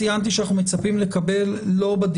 ציינתי שאנחנו מצפים לקבל,